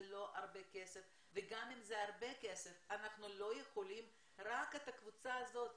זה לא הרבה כסף וגם אם זה הרבה כסף אנחנו לא יכולים רק את הקבוצה הזאת,